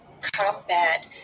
combat